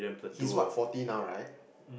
he's what forty now right